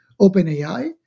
OpenAI